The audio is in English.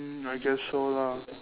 mm I guess so lah